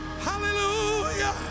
Hallelujah